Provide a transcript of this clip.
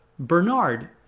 bernard,